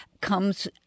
comes